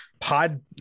Pod